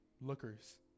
lookers